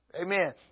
Amen